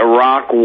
Iraq